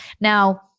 Now